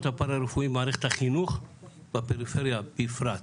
הפרא-רפואיים במערכת החינוך בפריפריה בפרט.